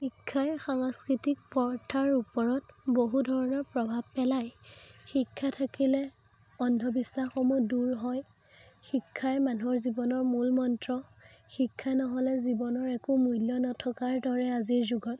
শিক্ষাই সাংস্কৃতিক প্ৰথাৰ ওপৰত বহু ধৰণৰ প্ৰভাৱ পেলায় শিক্ষা থাকিলে অন্ধবিশ্বাসসমূহ দূৰ হয় শিক্ষাই মানুহৰ জীৱনৰ মূলমন্ত্ৰ শিক্ষা নহ'লে জীৱনৰ একো মূল্য নথকাৰ দৰে আজিৰ যুগত